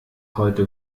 heute